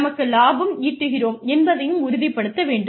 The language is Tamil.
நமக்கு லாபம் ஈட்டுகிறோம் என்பதையும் உறுதிப்படுத்த வேண்டும்